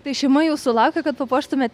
tai šeima jūsų laukia kad papuoštumėt